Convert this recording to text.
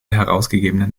herausgegebene